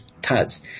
Taz